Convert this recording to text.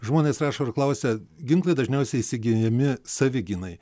žmonės rašo ir klausia ginklai dažniausiai įsigyjami savigynai